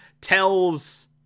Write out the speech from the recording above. Tells